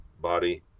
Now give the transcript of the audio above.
body